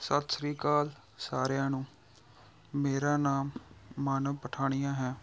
ਸਤਿ ਸ਼੍ਰੀ ਅਕਾਲ ਸਾਰਿਆਂ ਨੂੰ ਮੇਰਾ ਨਾਮ ਮਾਨਵ ਪਠਾਣੀਆ ਹੈ